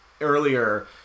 earlier